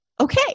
okay